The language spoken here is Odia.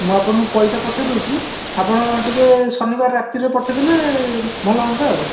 ମୁଁ ଆପଣଙ୍କୁ ପଇସା ପଠେଇଦେଉଛି ଆପଣ ଟିକିଏ ଶନିବାର ରାତିରେ ପଠେଇ ଦେଲେ ଭଲ ହୁଅନ୍ତା ଆଉ